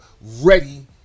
ready